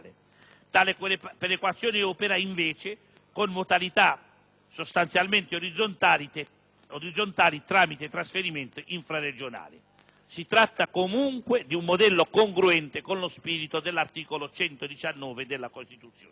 perequazione opera, invece, con modalità sostanzialmente orizzontali, tramite trasferimenti infraregionali. Si tratta comunque di un modello congruente con lo spirito dell'articolo 119 della Costituzione.